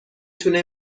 تونه